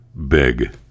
big